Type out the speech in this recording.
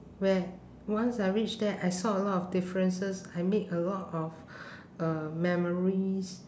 where once I reach there I saw a lot of differences I make a lot of uh memories